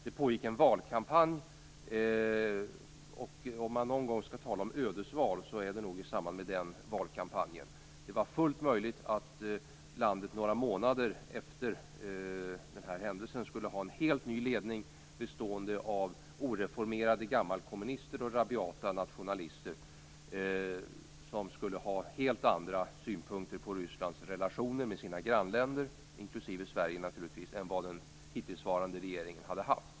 Det pågick en valkampanj, och om man någon skall tala om ödesval är det nog i samband med den valkampanjen. Det var fullt möjligt att landet några månader efter den här händelsen skulle komma att ha en helt ny ledning, bestående av oreformerade gammelkommunister och rabiata nationalister, som skulle ha helt andra synpunkter på Rysslands relationer med grannländerna, naturligtvis inklusive Sverige, än vad den hittillsvarande regeringen hade haft.